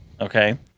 Okay